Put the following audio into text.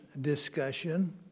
discussion